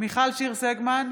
מיכל שיר סגמן,